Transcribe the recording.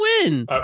win